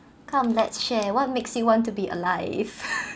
come let's share what makes you want to be alive